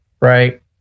Right